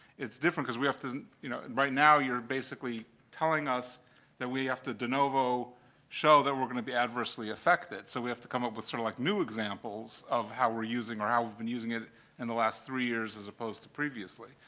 it's different because we have to you know, right now, you're basically telling us that we have to de novo show that we're going to be adversely affected. so we have to come up with sort of like new examples of how we're using or how we've been using it in the last three years as opposed to previously.